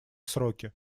сроки